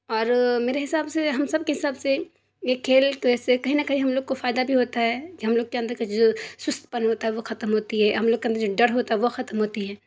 اور میرے حساب سے ہم سب کے حساب سے یہ کھیل کی وجہ سے کہیں نہ کہیں ہم لوگ کو فائدہ بھی ہوتا ہے کہ ہم لوگ کے اندر کا جو سست پن ہوتا ہے وہ ختم ہوتی ہے ہم لوگ کے اندر جو ڈر ہوتا ہے وہ ختم ہوتی ہے